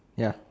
ya